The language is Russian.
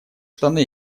штаны